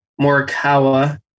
Morikawa